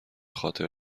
خاطر